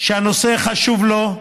שהנושא חשוב לו,